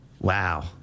Wow